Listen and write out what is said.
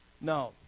No